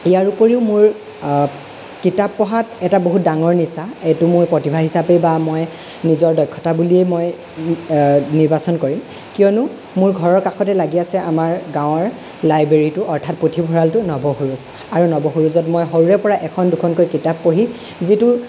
ইয়াৰ উপৰিও মোৰ কিতাপ পঢ়াত এটা বহুত ডাঙৰ নিচা এইটো মোৰ প্ৰতিভা হিচাপেও বা মই নিজৰ দক্ষতা বুলিয়েই মই নিৰ্বাচন কৰিম কিয়নো মোৰ ঘৰৰ কাষতে লাগি আছে আমাৰ গাঁৱৰ লাইব্ৰেৰীটো অৰ্থাৎ পুথিভঁৰালটো নৱসুৰুজ আৰু নৱসুৰুজত মই সৰুৰে পৰা এখন দুখনকৈ কিতাপ পঢ়ি যিটো